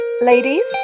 ladies